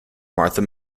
martha